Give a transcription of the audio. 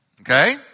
Okay